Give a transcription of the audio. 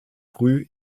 früh